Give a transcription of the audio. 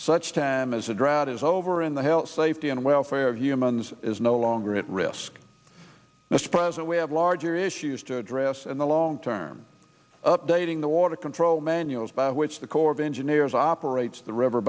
such time as the drought is over in the health safety and welfare of humans is no longer at risk mr president we have larger issues to address in the long term updating the water control manuals by which the corps of engineers operates the river